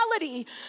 reality